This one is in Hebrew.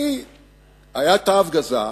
היתה הפגזה,